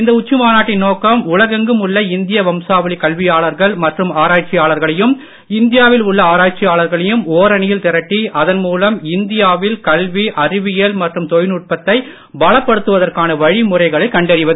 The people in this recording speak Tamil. இந்த உச்சி மாநாட்டின் நோக்கம் உலகெங்கம் உள்ள இந்திய வம்சாவளி கல்வியாளர்கள் மற்றும் இந்தியாவில் உள்ள ஆராய்ச்சியாளர்களையும் ஓரணியில் திரட்டி அதன் மூலம் இந்தியாவில் கல்வி அறிவியல் மற்றும் தொழில்நுட்ப தளத்தை பலப்படுத்துவதற்கான வழிமுறைகளைக் கண்டறிவது